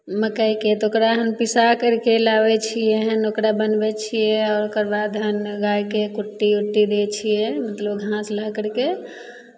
मकइके तऽ ओकरा हम पिसा करि कऽ लाबै छियै हन ओकरा बनबै छियै आ ओकर बाद हम गायकेँ कुट्टी उट्टी दै छियै मतलब घास ला करि कऽ